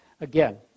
again